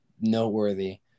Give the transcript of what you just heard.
noteworthy